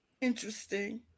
Interesting